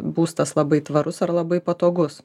būstas labai tvarus ar labai patogus